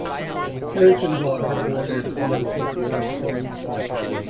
parents and daughter bore their common failure in a common silence,